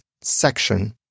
section